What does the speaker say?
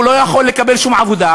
הוא לא יכול לקבל עבודה,